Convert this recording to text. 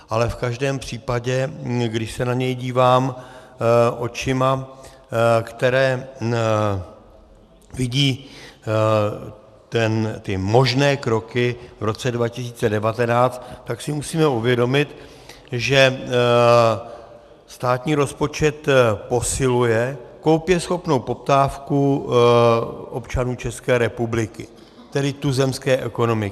Ale v každém případě, když se na něj dívám očima, které vidí ty možné kroky v roce 2019, tak si musíme uvědomit, že státní rozpočet posiluje koupěschopnou poptávku občanů České republiky, tedy tuzemské ekonomiky.